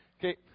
Okay